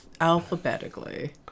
alphabetically